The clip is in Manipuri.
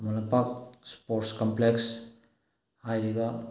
ꯈꯨꯃꯟ ꯂꯝꯄꯥꯛ ꯁ꯭ꯄꯣꯔꯠꯁ ꯀꯝꯄ꯭ꯂꯦꯛꯁ ꯍꯥꯏꯔꯤꯕ